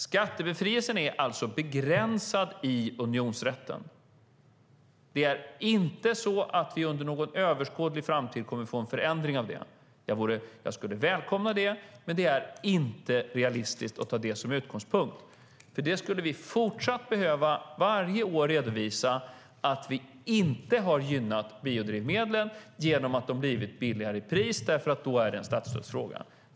Skattebefrielsen är begränsad i unionsrätten. Det är inte så att vi under överskådlig framtid kommer att få någon förändring av det. Jag skulle välkomna det, men det är inte realistiskt att ta det som utgångspunkt. Då skulle vi fortsatt varje år behöva redovisa att vi inte har gynnat biodrivmedlen genom att de blivit billigare, för då är det en statsstödsfråga.